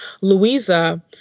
Louisa